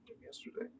yesterday